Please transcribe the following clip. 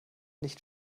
nicht